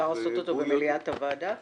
אפשר לעשות אותו במליאת הוועדה?